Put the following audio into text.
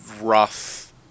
rough